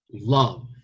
love